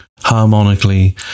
harmonically